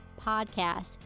PODCAST